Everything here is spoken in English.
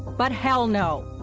but hell no!